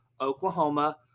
Oklahoma